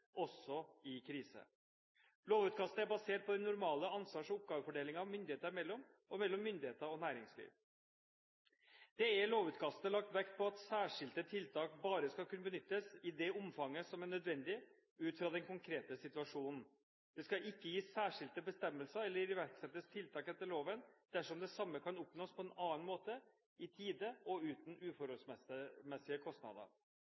også i kriser. Lovutkastet er basert på den normale ansvars- og oppgavefordelingen myndigheter imellom og mellom myndigheter og næringsliv. Det er i lovutkastet lagt vekt på at særskilte tiltak bare skal kunne benyttes i det omfanget som er nødvendig ut fra den konkrete situasjonen. Det skal ikke gis særskilte bestemmelser eller iverksettes tiltak etter loven dersom det samme kan oppnås på en annen måte i tide og uten uforholdsmessige kostnader.